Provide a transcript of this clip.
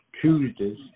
Tuesdays